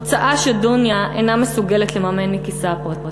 הוצאה שדוניא אינה מסוגלת לממן מכיסה הפרטי.